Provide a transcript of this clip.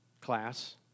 class